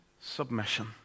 submission